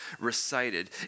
recited